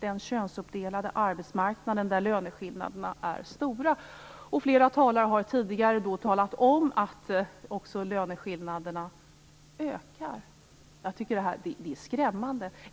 den könsuppdelade arbetsmarknaden där löneskillnaderna är stora. Flera talare har tidigare talat om att löneskillnaderna också ökar. Jag tycker att det är skrämmande.